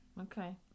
Okay